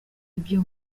ibyo